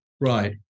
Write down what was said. Right